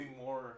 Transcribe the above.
more